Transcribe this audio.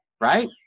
right